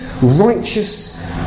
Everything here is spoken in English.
righteous